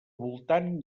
voltant